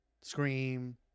Scream